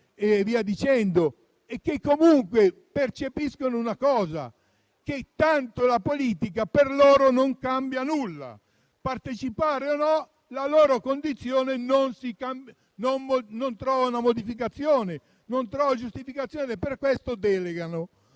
e che comunque percepiscono una cosa: che tanto la politica per loro non cambia nulla. Partecipando o no, la loro condizione non trova una modificazione e per questo delegano.